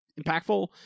impactful